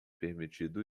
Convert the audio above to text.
permitido